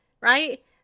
right